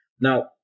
Now